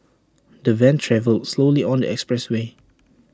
the van travelled slowly on the expressway